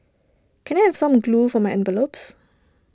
can I have some glue for my envelopes